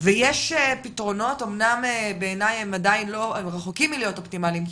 ויש פתרונות אמנם בעיני הם רחוקים מלהיות אופטימאליים,